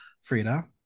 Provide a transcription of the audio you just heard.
Frida